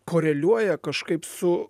koreliuoja kažkaip su